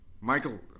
michael